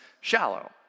shallow